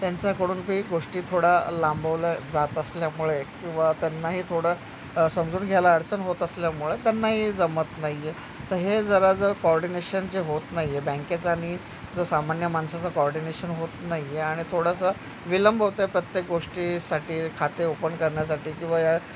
त्यांच्याकडून काही गोष्टी थोडा लांबवल्या जात असल्यामुळे किंवा त्यांनाही थोडं समजून घ्यायला अडचण होत असल्यामुळे त्यांनाही जमत नाही तं हे जरा जर कॉर्डिनेशन जे होत नाही आहे बँकेचानी जो सामान्य माणसाचं कॉर्डिनेशन होत नाही आहे आणि थोडासा विलंब होत प्रत्येक गोष्टीसाठी खाते ओपन करण्यासाठी किंवा या